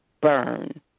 burn